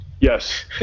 Yes